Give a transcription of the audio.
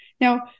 Now